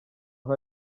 aho